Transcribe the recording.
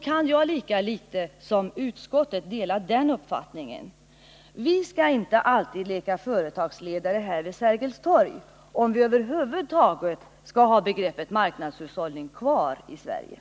kan jag lika litet som utskottet dela den uppfattningen. Vi skall inte alltid leta företagsledare här vid Sergels torg — om vi över huvud taget skall ha begreppet marknadshushållning kvar i Sverige.